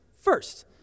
first